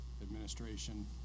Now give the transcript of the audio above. administration